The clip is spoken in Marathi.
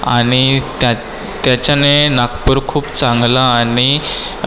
आणि त्या त्याच्याने नागपूर खूप चांगलं आणि